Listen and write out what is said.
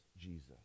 Jesus